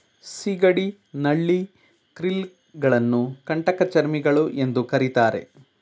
ಸಿಗಡಿ, ನಳ್ಳಿ, ಕ್ರಿಲ್ ಗಳನ್ನು ಕಂಟಕಚರ್ಮಿಗಳು ಎಂದು ಕರಿತಾರೆ